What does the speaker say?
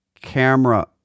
camera